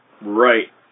Right